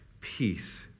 peace